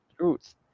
truth